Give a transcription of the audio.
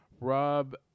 Rob